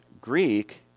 Greek